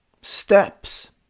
steps